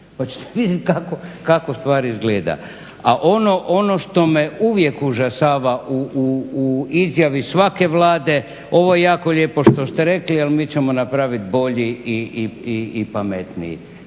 ćete vidjeti kako stvari izgleda. A ono što me uvijek užasava u izjavi svake Vlade ovo je jako lijepo što ste rekli, ali mi ćemo napraviti bolji i pametniji.